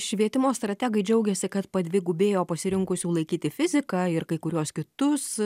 švietimo strategai džiaugėsi kad padvigubėjo pasirinkusių laikyti fiziką ir kai kuriuos kitus